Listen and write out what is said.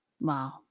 Wow